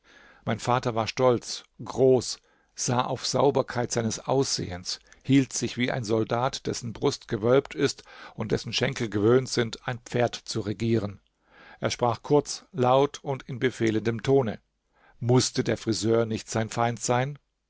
mein vater war stolz groß sah auf sauberkeit seines aussehens hielt sich wie ein soldat dessen brust gewölbt ist und dessen schenkel gewöhnt sind ein pferd zu regieren er sprach kurz laut und in befehlendem tone mußte der friseur nicht sein feind sein